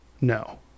no